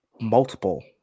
multiple